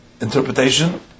interpretation